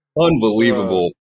unbelievable